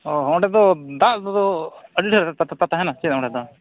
ᱚᱻ ᱚᱱᱫᱮ ᱫᱚ ᱫᱟᱜ ᱫᱚ ᱟᱹᱰᱤ ᱰᱷᱮᱨ ᱛᱟᱦᱮᱱᱟ ᱥᱮ ᱪᱮᱫ ᱚᱸᱰᱮ ᱫᱚ